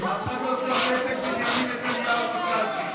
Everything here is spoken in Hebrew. אף אחד לא שם פתק "בנימין נתניהו" בקלפי,